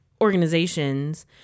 organizations